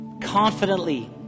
confidently